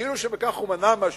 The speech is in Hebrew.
כאילו בכך הוא מנע משהו.